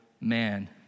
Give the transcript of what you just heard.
man